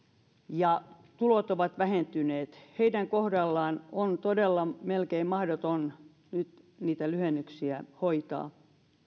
ja tulot ovat vähentyneet heidän on todella melkein mahdoton nyt niitä lyhennyksiä hoitaa